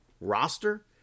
Roster